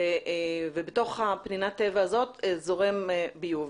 ובתוך פנינת הטבע הזאת זורם ביוב.